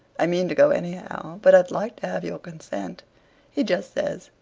i mean to go anyhow, but i'd like to have your consent he just says,